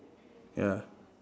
ya